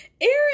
aaron